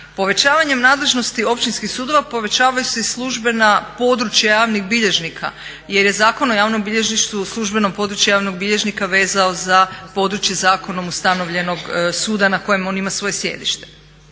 Povećavanjem nadležnosti općinskih sudova povećavaju se i službena područja javnih bilježnika jer je Zakon o javnom bilježništvu u službeno područje javnog bilježnika vezao za područje zakonom ustanovljenog suda na kojem on ima svoje sjedište,